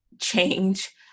change